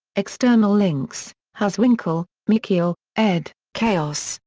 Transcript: external links hazewinkel, michiel, ed, chaos,